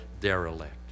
derelict